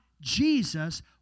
Jesus